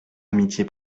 amitié